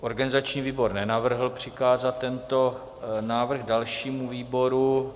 Organizační výbor nenavrhl přikázat tento návrh dalšímu výboru.